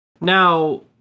Now